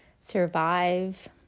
survive